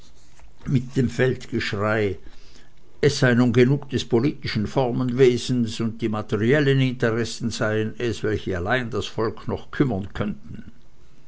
mit dem feldgeschrei es sei nun genug des politischen formenwesens und die materiellen interessen seien es welche allein das volk noch kümmern könnten